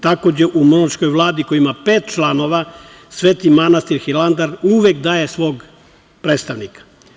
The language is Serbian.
Takođe, u monaškoj vladi, koja ima pet članova, Sveti manastir Hilandar uvek daje svog predstavnika.